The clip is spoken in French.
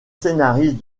scénariste